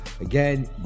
again